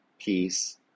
Peace